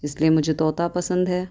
اس لیے مجھے طوطا پسند ہے